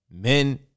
Men